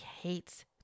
hates